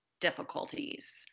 difficulties